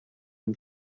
him